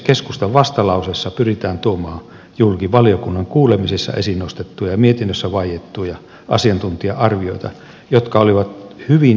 keskustan vastalauseessa pyritään tuomaan julki valiokunnan kuulemisessa esiin nostettuja ja mietinnössä vaiettuja asiantuntija arvioita jotka olivat hyvin yhdensuuntaisia